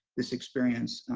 this experience,